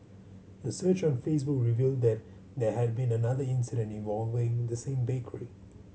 a search on Facebook revealed that there had been another incident involving the same bakery